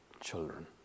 children